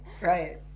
Right